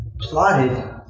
plotted